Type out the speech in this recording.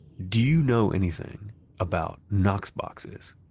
do you know anything about knox boxes?